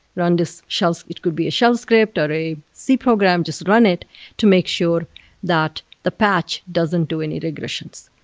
run these shells. it could be shell script or a c program, just run it to make sure that the patch doesn't do any regressions.